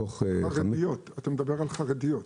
אתה מדבר על חרדיות.